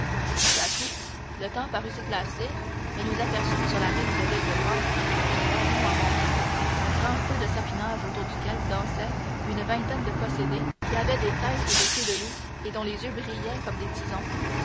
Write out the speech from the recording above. tout à coup le temps parut s'éclaircir et nous aperçûmes sur la rive de l'île de grâce que nous rasions en montant un grand feu de sapinages autour duquel dansaient une vingtaine de possédés qui avaient des têtes et des queues de loup et dont les yeux brillaient comme des tisons